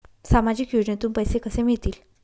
सामाजिक योजनेतून पैसे कसे मिळतील?